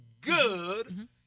good